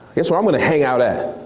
guess where i'm gonna hang out at?